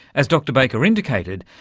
as dr baker indicated,